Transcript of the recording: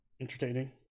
Entertaining